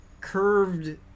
curved